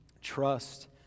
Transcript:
trust